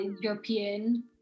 european